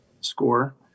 score